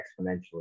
exponentially